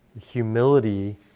Humility